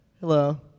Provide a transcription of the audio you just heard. Hello